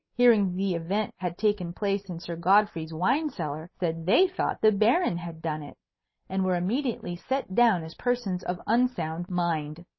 hearing the event had taken place in sir godfrey's wine-cellar, said they thought the baron had done it and were immediately set down as persons of unsound mind.